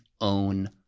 own